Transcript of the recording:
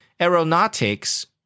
Aeronautics